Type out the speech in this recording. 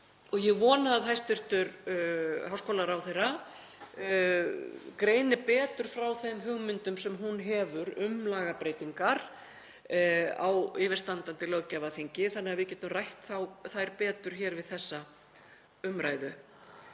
og ég vona að hæstv. háskólaráðherra greini betur frá þeim hugmyndum sem hún hefur um lagabreytingar á yfirstandandi löggjafarþingi þannig að við getum rætt þær betur hér við þessa umræðu.